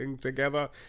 together